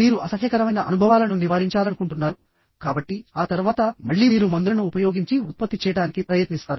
మీరు అసహ్యకరమైన అనుభవాలను నివారించాలనుకుంటున్నారు కాబట్టి ఆ తర్వాత మళ్లీ మీరు మందులను ఉపయోగించి ఉత్పత్తి చేయడానికి ప్రయత్నిస్తారు